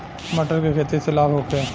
मटर के खेती से लाभ होखे?